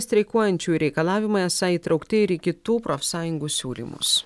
streikuojančiųjų reikalavimai esą įtraukti ir į kitų profsąjungų siūlymus